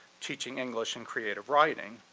teaching english and creative writing,